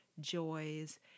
joys